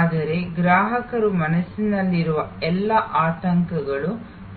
ಆದರೆ ಗ್ರಾಹಕರ ಮನಸ್ಸಿನಲ್ಲಿರುವ ಎಲ್ಲಾ ಆತಂಕಗಳು